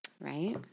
Right